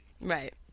Right